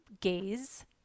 gaze